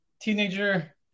teenager